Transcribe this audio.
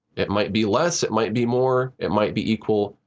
it might be less, it might be more, it might be equal.